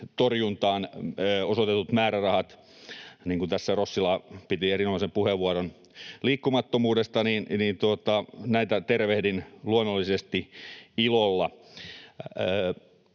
torjuntaan osoitettuja määrärahoja, niin kuin tässä Rostila piti erinomaisen puheenvuoron liikkumattomuudesta, tervehdin luonnollisesti ilolla.